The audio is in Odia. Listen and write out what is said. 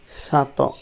ସାତ